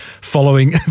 following